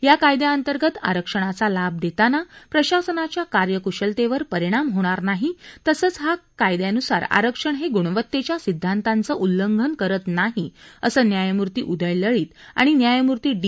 या कायद्याअंतर्गत आरक्षणाचा लाभ देताना प्रशासनाच्या कार्यकुशलतेवर परिणाम होणार नाही तसंच हा कायद्या नुसार आरक्षण हे गुणवत्तेच्या सिद्धांतांचं उल्लंघन करत नाही असं न्यायमूर्ती उदय लळीत आणि न्यायमूर्ती डी